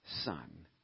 son